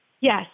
Yes